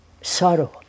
sorrow